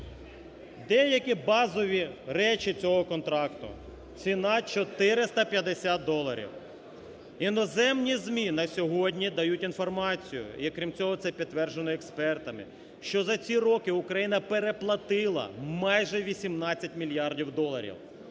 Деякі базові речі цього контракту. Ціна – 450 доларів. Іноземні ЗМІ на сьогодні дають інформацію, і крім цього це підтверджено експертами, що за ці роки Україна переплатила майже 18 мільярдів доларів.